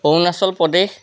Arunachal Pradesh